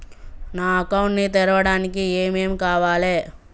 నా అకౌంట్ ని తెరవడానికి ఏం ఏం కావాలే?